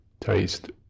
taste